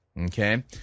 okay